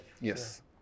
Yes